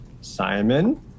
Simon